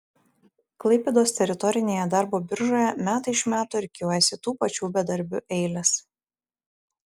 klaipėdos teritorinėje darbo biržoje metai iš metų rikiuojasi tų pačių bedarbių eilės